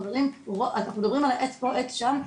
חברים, אנחנו מדברים על עץ פה, עץ שם.